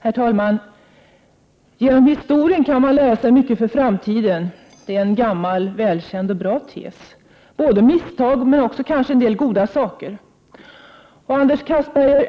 Herr talman! Av historien kan man lära sig mycket för framtiden. Det är en gammal, välkänd och bra tes. Man kan lära sig både av misstag och av en del goda saker. Och, Anders Castberger,